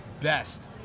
best